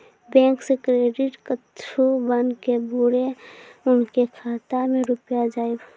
Bank से credit card बन के बुरे उनके खाता मे रुपिया जाएब?